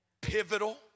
pivotal